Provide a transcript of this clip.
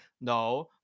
No